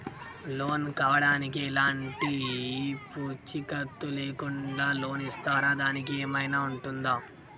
Loan కావడానికి ఎలాంటి పూచీకత్తు లేకుండా లోన్ ఇస్తారా దానికి ఏమైనా ఉంటుందా?